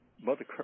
Mother